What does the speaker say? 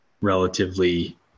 Relatively